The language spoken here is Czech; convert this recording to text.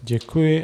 Děkuji.